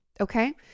Okay